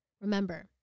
Remember